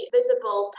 visible